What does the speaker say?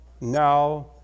now